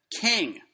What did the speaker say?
King